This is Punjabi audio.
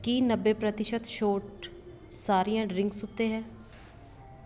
ਕੀ ਨੱਬੇ ਪ੍ਰਤੀਸ਼ਤ ਛੋਟ ਸਾਰੀਆਂ ਡ੍ਰਿੰਕਸ ਉੱਤੇ ਹੈ